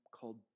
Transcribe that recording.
called